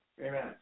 Amen